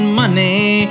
money